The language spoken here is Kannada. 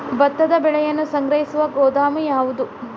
ಭತ್ತದ ಬೆಳೆಯನ್ನು ಸಂಗ್ರಹಿಸುವ ಗೋದಾಮು ಯಾವದು?